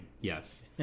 Yes